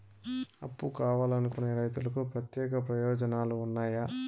అప్పు కావాలనుకునే రైతులకు ప్రత్యేక ప్రయోజనాలు ఉన్నాయా?